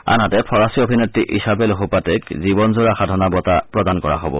আনহাতে ফৰাচী অভিনেত্ৰী ইছাবেল হুপাটেক জীৱনযোৰা সাধনা বঁটা প্ৰদান কৰা হব